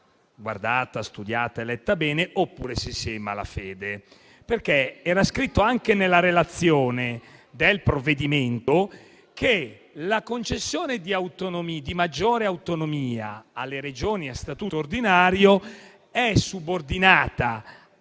guardata, studiata e letta bene, oppure si è in malafede. Era scritto anche nella relazione del provvedimento che naturalmente la concessione di maggiore autonomia alle Regioni a statuto ordinario è subordinata alla